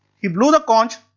he blew the conch,